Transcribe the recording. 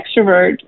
extrovert